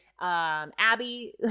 Abby